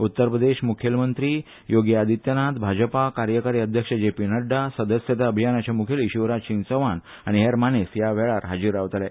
उत्तर प्रदेशाचे मुखेलमंत्री योगी आदित्यनाथ भाजपाचे कार्यकारी अध्यक्ष जेपी नड्डा सदस्यता अभियानाचे मुखेली शिवराज सिग चौहान आनी हेर मानेस्त ह्या वेळार हाजीर रावतले